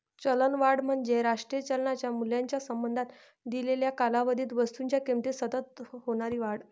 चलनवाढ म्हणजे राष्ट्रीय चलनाच्या मूल्याच्या संबंधात दिलेल्या कालावधीत वस्तूंच्या किमतीत सतत होणारी वाढ